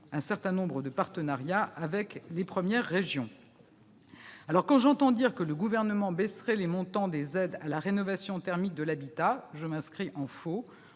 un certain nombre de partenariats avec les premières régions. Quand j'entends dire que le Gouvernement baisserait le montant des aides à la rénovation thermique de l'habitat, je m'inscris en faux.